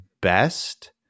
best